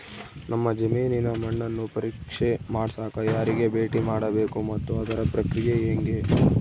ನಮ್ಮ ಜಮೇನಿನ ಮಣ್ಣನ್ನು ಪರೇಕ್ಷೆ ಮಾಡ್ಸಕ ಯಾರಿಗೆ ಭೇಟಿ ಮಾಡಬೇಕು ಮತ್ತು ಅದರ ಪ್ರಕ್ರಿಯೆ ಹೆಂಗೆ?